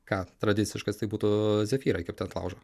ką tradiciškas tai būtų zefyrai kepti ant laužo